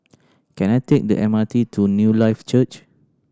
can I take the M R T to Newlife Church